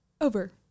Over